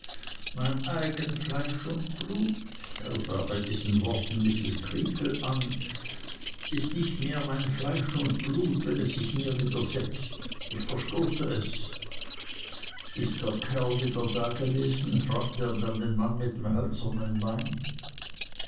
mein eignes fleisch und blut er sah bei diesen worten mrs creakle an ist nicht mehr mein fleisch und blut wenn es sich mir widersetzt ich verstoße es ist der kerl wieder dagewesen fragte er dann den mann mit dem hölzernen bein